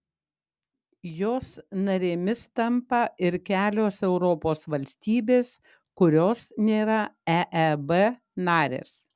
jos narėmis tampa ir kelios europos valstybės kurios nėra eeb narės